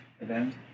event